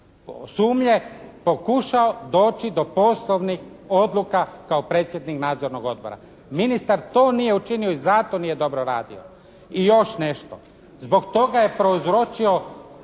sumnje pokušao doći do poslovnih odluka kao predsjednik Nadzornog odbora. Ministar to nije učinio i zato nije dobro radio. I još nešto. Zbog toga je prouzročio